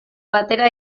batera